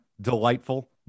Delightful